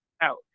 out